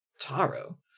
Taro